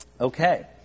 Okay